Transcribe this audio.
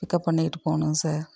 pickup பண்ணிகிட்டு போகணும் sir